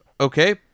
Okay